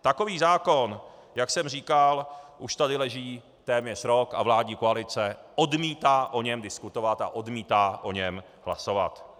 Takový zákon, jak jsem říkal, už tady leží téměř rok a vládní koalice odmítá o něm diskutovat a odmítá o něm hlasovat.